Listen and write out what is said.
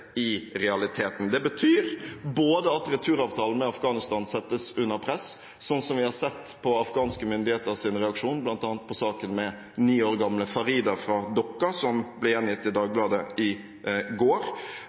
i realiteten. Det betyr at returavtalen med Afghanistan settes under press, sånn som vi har sett på afghanske myndigheters reaksjon på bl.a. saken med ni år gamle Farida fra Dokka, som ble gjengitt i Dagbladet i går.